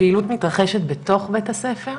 הפעילות מתרחשת בתוך בית הספר?